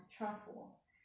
我 skills